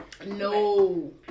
No